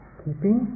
keeping